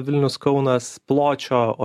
vilnius kaunas pločio o